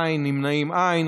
אין, נמנעים, אין.